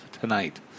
tonight